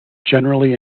generally